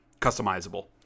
customizable